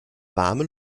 warme